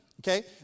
Okay